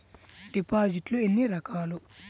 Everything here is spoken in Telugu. డిపాజిట్లు ఎన్ని రకాలు?